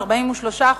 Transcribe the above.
43%,